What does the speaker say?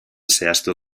zehaztu